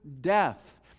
death